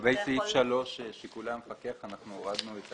לגבי סעיף 3, שיקולי המפקח, אנחנו הורדנו את